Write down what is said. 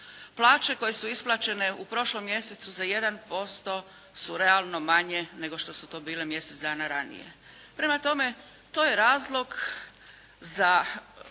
Plaće koje su isplaćene u prošlom mjesecu za 1% su realno manje nego što su to bile mjesec dana ranije. Prema tome to je razlog za